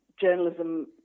journalism